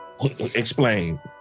Explain